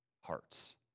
hearts